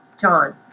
John